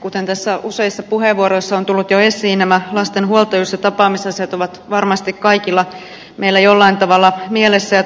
kuten tässä useissa puheenvuoroissa on tullut jo esiin nämä lasten huoltajuus ja tapaamisasiat ovat varmasti kaikilla meillä jollain tavalla mielessä ja